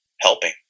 helping